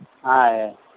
yeah